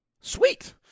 Sweet